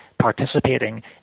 participating